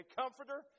comforter